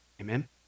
Amen